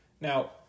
Now